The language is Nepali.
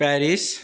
पेरिस